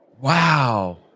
Wow